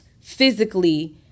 physically